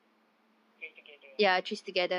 tracetogether oh